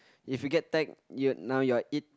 if you get tagged you're now you're it